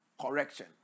correction